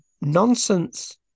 nonsense